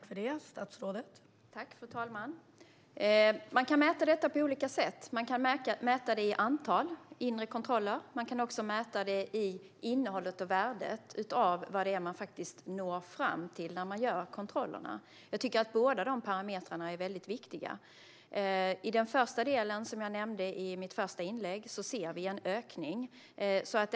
Fru talman! Man kan mäta detta på olika sätt. Man kan mäta det i antal inre kontroller, och man kan mäta det i innehållet och värdet av vad det är man faktiskt når fram till när man gör kontrollerna. Jag tycker att båda parametrarna är väldigt viktiga. I den första delen ser vi, som jag nämnde i mitt första inlägg, en ökning.